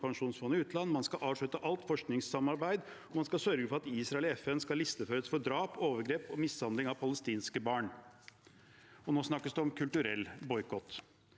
pensjonsfond utland, man skal avslutte alt forskningssamarbeid, og man skal sørge for at Israel i FN skal listeføres for drap, overgrep og mishandling av palestinske barn. Og nå snakkes det om kulturell boikott.